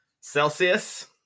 Celsius